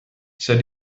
said